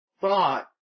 thought